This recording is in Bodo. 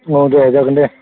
औ दे जागोन दे